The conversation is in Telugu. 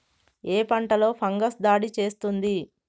ఏ పంటలో ఫంగస్ దాడి చేస్తుంది?